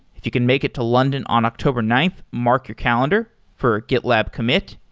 if you can make it to london on october nine, mark your calendar for a getlab commit.